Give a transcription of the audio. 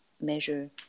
measure